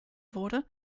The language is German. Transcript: wurde